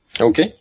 Okay